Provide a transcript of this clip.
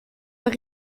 mehr